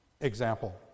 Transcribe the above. example